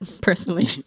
personally